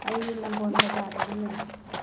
ꯑꯩ ꯅꯝꯕꯣꯟ ꯕꯖꯥꯔꯗꯒꯤꯅꯦ